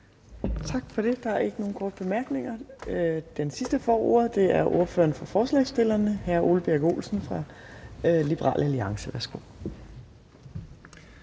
Tak for det. Der er ikke nogen korte bemærkninger. Den sidste, der får ordet, er ordføreren for forslagsstillerne, hr. Ole Birk Olesen fra Liberal Alliance. Værsgo.